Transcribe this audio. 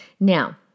Now